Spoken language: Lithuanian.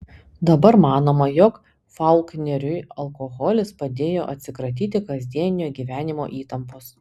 dabar manoma jog faulkneriui alkoholis padėjo atsikratyti kasdieninio gyvenimo įtampos